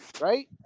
right